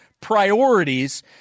priorities